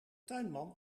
tuinman